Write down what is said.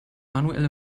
manuel